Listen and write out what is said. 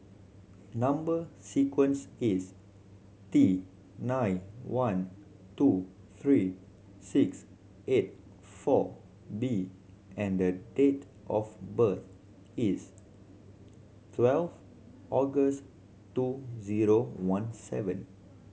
number sequence is T nine one two three six eight four B and date of birth is twelve August two zero one seven